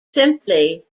simply